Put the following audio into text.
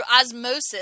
osmosis